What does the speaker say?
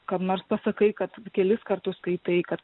kam nors pasakai kad kelis kartus skaitai kad